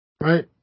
Right